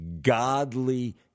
godly